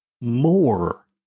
more